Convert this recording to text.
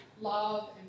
love